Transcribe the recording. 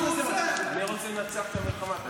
אני רוצה לנצח את המלחמה.